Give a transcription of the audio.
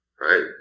right